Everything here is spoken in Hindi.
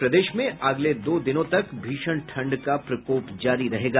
और प्रदेश में अगले दो दिनों तक भीषण ठंड का प्रकोप जारी रहेगा